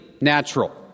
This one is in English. natural